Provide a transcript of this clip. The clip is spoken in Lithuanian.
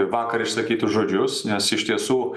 vakar išsakytus žodžius nes iš tiesų